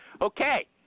Okay